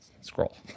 scroll